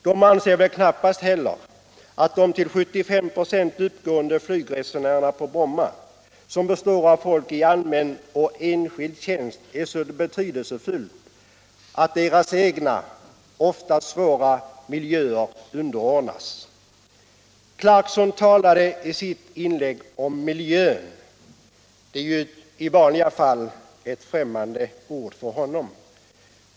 De boende anser knappast heller att de 75 ?6 av flygresenärerna på Bromma som består av folk i allmän eller enskild tjänst är så betydelsefulla att de oftast svåra miljöerna måste underordnas flygresenärernas intressen. Herr Clarkson talade i sitt inlägg om miljön. Det är i vanliga fall ett främmande ord för honom.